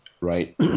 right